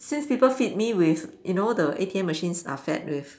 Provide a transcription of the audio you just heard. since people feed me with you know the A_T_M machines are fed with